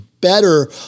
better